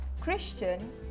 Christian